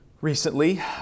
recently